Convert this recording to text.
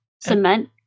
cement